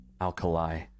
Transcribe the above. ...alkali